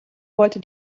wollte